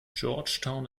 georgetown